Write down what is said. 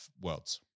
worlds